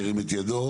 ירים את ידו.